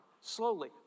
slowly